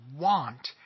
want